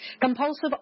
compulsive